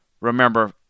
remember